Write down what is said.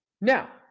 Now